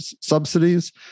subsidies